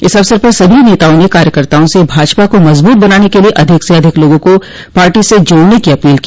इस अवसर पर सभी नेताओं ने कार्यकर्ताओं से भाजपा को मजबूत बनाने के लिए अधिक से अधिक लोगों को पार्टी से जोड़ने की अपील की